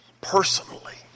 personally